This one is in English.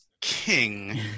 king